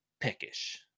peckish